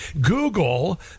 Google